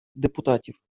депутатів